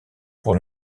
pour